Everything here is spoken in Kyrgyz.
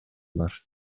бар